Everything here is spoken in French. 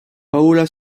paola